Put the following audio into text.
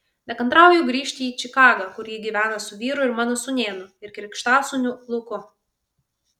nekantrauju grįžti į čikagą kur ji gyvena su vyru ir mano sūnėnu ir krikštasūniu luku